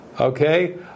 Okay